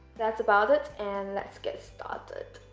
that's about it and let's get started